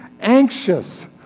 anxious